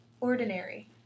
Ordinary